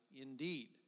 indeed